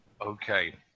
Okay